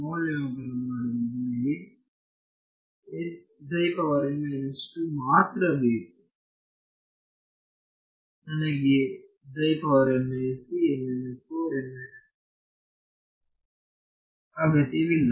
ಮೌಲ್ಯಮಾಪನ ಮಾಡಲು ನನಗೆ ಮಾತ್ರ ಬೇಕು ನನಗೆ ಅಗತ್ಯವಿಲ್ಲ